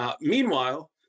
Meanwhile